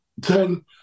ten